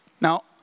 Now